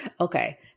Okay